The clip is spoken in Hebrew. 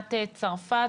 דוגמת צרפת,